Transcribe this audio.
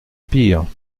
pire